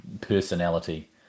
personality